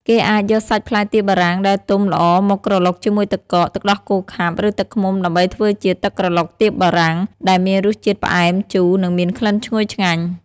គេអាចយកសាច់ផ្លែទៀបបារាំងដែលទុំល្អមកក្រឡុកជាមួយទឹកកក ទឹកដោះគោខាប់ ឬទឹកឃ្មុំដើម្បីធ្វើជា ទឹកក្រឡុកទៀបបារាំង ដែលមានរសជាតិផ្អែម ជូរ និងមានក្លិនឈ្ងុយឆ្ងាញ់។